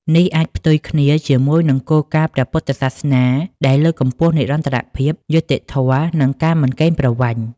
នេះអាចផ្ទុយគ្នាជាមួយនឹងគោលការណ៍ព្រះពុទ្ធសាសនាដែលលើកកម្ពស់ និរន្តរភាព យុត្តិធម៌ និងការមិនកេងប្រវ័ញ្ច។